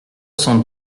cent